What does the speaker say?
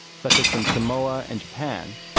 such as from samoa and japan,